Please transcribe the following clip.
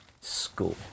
school